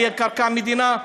מהי קרקע מדינה?